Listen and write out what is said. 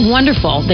Wonderful